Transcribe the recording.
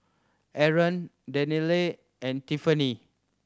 Aron Danielle and Tiffanie